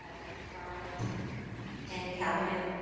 ah dr. navarro and cabinet.